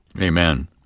Amen